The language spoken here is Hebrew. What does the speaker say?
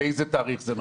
ובאיזה תאריך זה נודע לו?